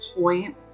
point